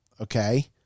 Okay